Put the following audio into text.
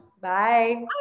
Bye